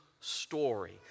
story